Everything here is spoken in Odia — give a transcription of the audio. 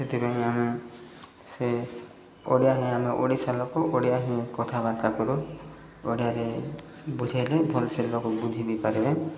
ସେଥିପାଇଁ ଆମେ ସେ ଓଡ଼ିଆ ହିଁ ଆମେ ଓଡ଼ିଶା ଲୋକ ଓଡ଼ିଆ ହିଁ କଥାବାର୍ତ୍ତା କରୁ ଓଡ଼ିଆରେ ବୁଝେଇଲେ ଭଲସେ ଲୋକ ବୁଝି ବି ପାରିବେ